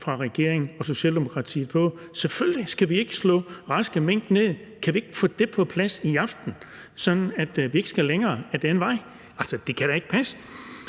fra regeringen og Socialdemokratiet om det. Selvfølgelig skal vi ikke slå raske mink ned. Kan vi ikke få det på plads i aften, sådan at vi ikke skal længere ad den vej? Det kan da ikke passe,